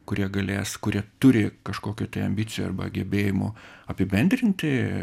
kurie galės kurie turi kažkokių ambicijų arba gebėjimų apibendrinti